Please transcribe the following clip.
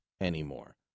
anymore